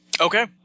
Okay